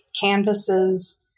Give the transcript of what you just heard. canvases